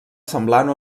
semblant